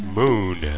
moon